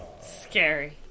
Scary